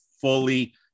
fully